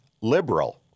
liberal